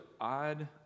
odd